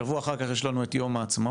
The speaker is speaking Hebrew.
שבוע אחר, יש לנו את יום העצמאות,